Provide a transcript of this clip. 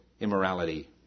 immorality